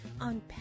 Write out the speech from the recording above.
on